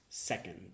Second